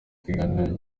kiganiro